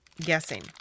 guessing